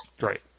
Right